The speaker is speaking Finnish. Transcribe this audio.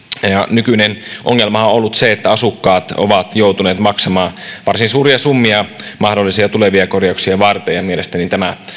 nykyinen ongelma on ollut se että asukkaat ovat joutuneet maksamaan varsin suuria summia mahdollisia tulevia korjauksia varten ja mielestäni tämä